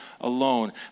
alone